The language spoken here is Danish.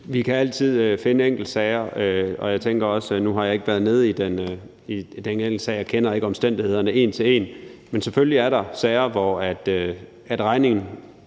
Vi kan altid finde enkeltsager, og nu har jeg ikke været nede i den enkelte sag og kender ikke omstændighederne en til en, men selvfølgelig er der sager, hvor regningen